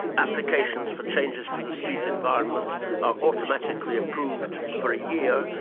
applications for changes to the street environment are automatically approved for a year,